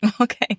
Okay